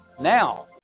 Now